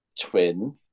twin